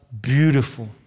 beautiful